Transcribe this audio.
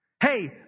Hey